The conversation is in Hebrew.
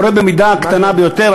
קורה במידה קטנה ביותר,